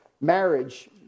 marriage